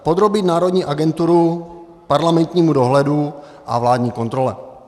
Podrobit národní agenturu parlamentnímu dohledu a vládní kontrole.